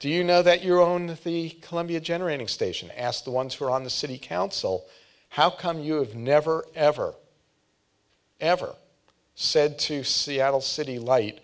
do you know that your own the columbia generating station asked the ones who are on the city council how come you have never ever ever said to seattle city light